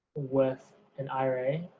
with an ira,